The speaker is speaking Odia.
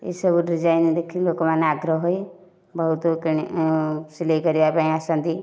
ଏସବୁ ଡିଜାଇନ ଦେଖି ଲୋକମାନେ ଆଗ୍ରହୀ ହୋଇ ବହୁତ କିଣି ସିଲେଇ କରିବାପାଇଁ ଆସନ୍ତି